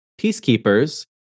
peacekeepers